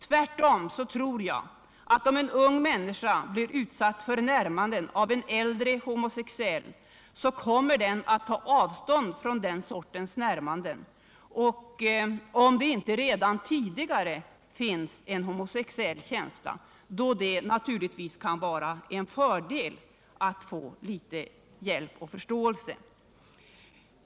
Tvärtom tror jag att en ung människa, som blir utsatt för ett närmande av en äldre homosexuell, kommer att ta avstånd från den sortens närmanden, om det inte redan tidigare finns en homosexuell känsla, då det naturligtvis kan vara en fördel att få litet hjälp och förståelse.